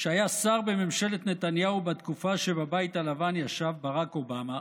שהיה שר בממשלת נתניהו בתקופה שבבית הלבן ישב ברק אובמה